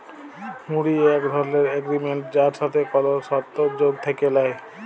হুঁড়ি এক ধরলের এগরিমেনট যার সাথে কল সরতর্ যোগ থ্যাকে ল্যায়